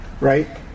right